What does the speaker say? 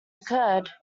occurred